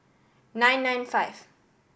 nine nine five